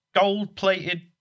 Gold-plated